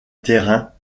terrain